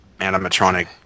animatronic